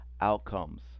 outcomes